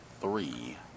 three